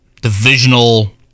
divisional